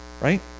Right